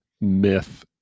myth